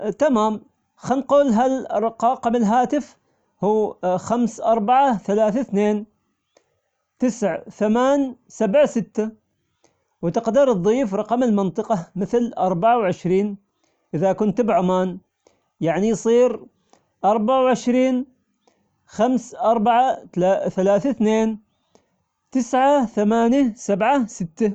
تمام هنقول رقم الهاتف هو خمس أربعة ثلاثة اثنين تسع ثمان سبع ستة، وتقدر تضيف رقم المنطقة مثل أربعة وعشرين إذا كنت بعمان، يعني يصير أربعة وعشرين خمس أربعة ث- ثلاثة اثنين تسعة ثمانية سبعة ستة.